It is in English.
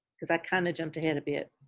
cause i kind of jumped ahead a bit,